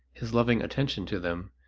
his loving attention to them,